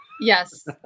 Yes